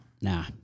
nah